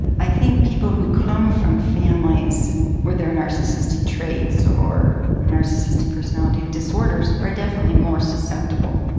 i think people who come from families where there are narcissistic traits or narcissistic personality disorders are definitely more susceptible.